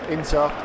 Inter